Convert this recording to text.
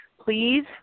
please